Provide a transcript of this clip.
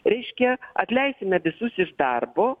reiškia atleisime visus iš darbo